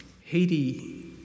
Haiti